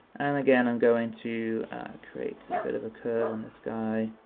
and again, i'm going to create a bit of a curve on this guy,